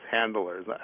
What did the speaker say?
handlers